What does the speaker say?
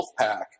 Wolfpack